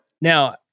Now